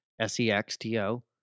S-E-X-T-O